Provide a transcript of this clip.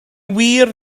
wir